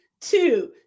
two